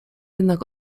jednak